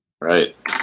Right